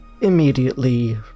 immediately